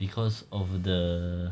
because of the